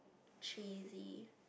cheesy